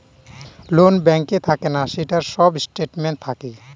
loan ব্যাঙ্কে থাকে না, সেটার সব স্টেটমেন্ট থাকে